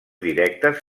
directes